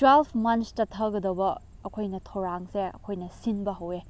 twelve ꯃꯟꯁꯇ ꯊꯥꯒꯗꯕ ꯑꯩꯈꯣꯏꯅ ꯊꯧꯔꯥꯡꯁꯦ ꯑꯩꯈꯣꯏꯅ ꯁꯤꯟꯕ ꯍꯧꯋꯦ